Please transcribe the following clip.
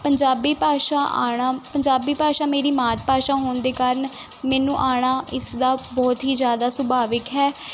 ਪੰਜਾਬੀ ਭਾਸ਼ਾ ਆਉਣਾ ਪੰਜਾਬੀ ਭਾਸ਼ਾ ਮੇਰੀ ਮਾਤ ਭਾਸ਼ਾ ਹੋਣ ਦੇ ਕਾਰਨ ਮੈਨੂੰ ਆਉਣਾ ਇਸ ਦਾ ਬਹੁਤ ਹੀ ਜ਼ਿਆਦਾ ਸੁਭਾਵਿਕ ਹੈ